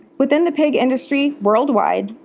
within the pig industry worldwide,